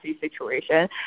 situation